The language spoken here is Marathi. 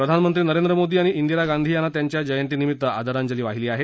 प्रधानमंत्री नरेंद्र मोदी यांनी रा गांधी यांना त्यांच्या जयंतीनिमित्त आदरांजली वाहिली आहे